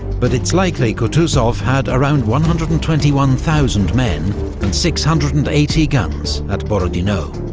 but it's likely kutuzov had around one hundred and twenty one thousand men and six hundred and eighty guns at borodino.